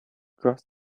crossed